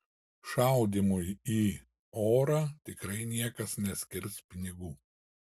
šaudymui į orą tikrai niekas neskirs pinigų